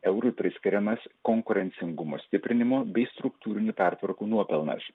eurui priskiriamas konkurencingumo stiprinimo bei struktūrinių pertvarkų nuopelnas